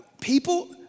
people